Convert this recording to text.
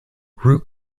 root